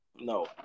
No